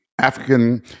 African